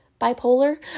bipolar